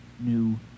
New